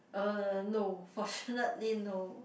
err no fortunately no